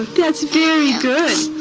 that's very good.